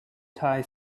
tie